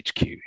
HQ